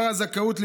שאיפתנו,